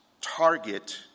target